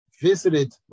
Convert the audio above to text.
visited